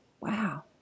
wow